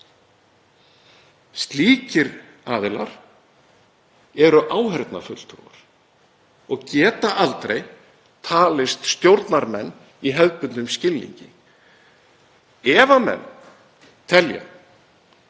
Slíkir aðilar eru áheyrnarfulltrúar og geta aldrei talist stjórnarmenn í hefðbundnum skilningi. Ef menn telja